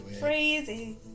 crazy